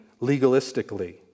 legalistically